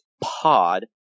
pod